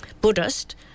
Buddhist